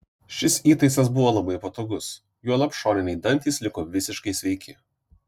šis įtaisas buvo labai patogus juolab šoniniai dantys liko visiškai sveiki